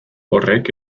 horrek